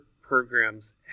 programs